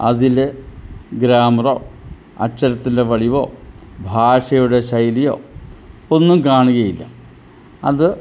അതിൽ ഗ്രാമറൊ അക്ഷരത്തിലെ വടിവോ ഭാഷയുടെ ശൈലിയൊ ഒന്നും കാണുകയില്ല അത്